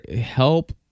help